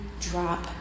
drop